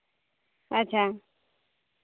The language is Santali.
ᱟᱪᱪᱷᱟ